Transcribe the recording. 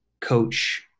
coach